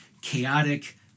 chaotic